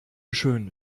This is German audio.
schön